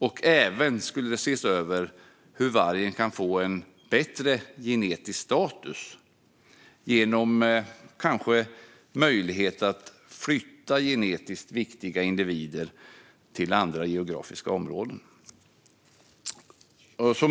Och det skulle även ses över hur vargen kan få en bättre genetisk status, kanske genom möjlighet att flytta genetiskt viktiga individer till andra geografiska områden.